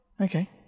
Okay